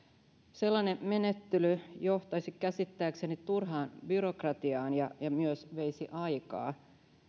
sellainen menettely johtaisi käsittääkseni turhaan byrokratiaan ja ja myös veisi aikaa